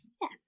Yes